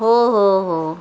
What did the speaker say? हो हो हो